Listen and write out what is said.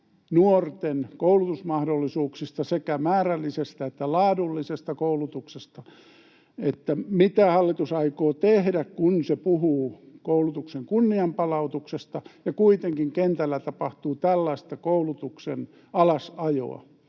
nuorten koulutusmahdollisuuksista, sekä määrällisestä että laadullisesta koulutuksesta. Mitä hallitus aikoo tehdä, kun se puhuu koulutuksen kunnianpalautuksesta ja kuitenkin kentällä tapahtuu tällaista koulutuksen alasajoa?